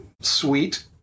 sweet